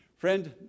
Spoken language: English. Friend